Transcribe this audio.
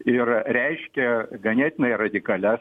ir reiškė ganėtinai radikalias